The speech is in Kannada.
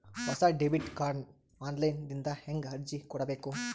ಹೊಸ ಡೆಬಿಟ ಕಾರ್ಡ್ ಆನ್ ಲೈನ್ ದಿಂದ ಹೇಂಗ ಅರ್ಜಿ ಕೊಡಬೇಕು?